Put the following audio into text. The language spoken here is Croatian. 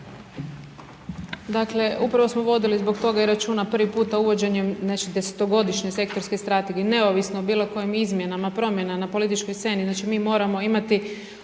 Dakle, upravo smo vodili zbog toga i računa prvi puta, uvođenjem .../nerazumljivo/... 10-ogodišnje sektorske strategije, neovisno o bilo kojim izmjenama, promjena na političkoj sceni, znači mi moramo imati